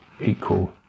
equal